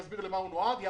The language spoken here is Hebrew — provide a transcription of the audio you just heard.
מרגע שנכנסתי,